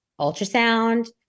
ultrasound